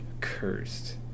cursed